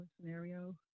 scenario